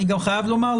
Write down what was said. אני גם חייב לומר,